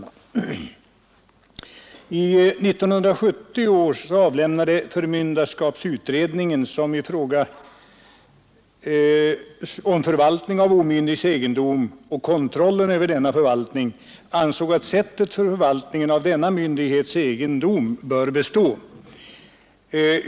År 1970 avlämnades förmynderskapsutredningens betänkande som i fråga om förvaltning av omyndigs egendom och kontrollen över denna förvaltning innebar att sättet för förvaltningen av den omyndiges egendom bör bestå.